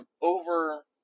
over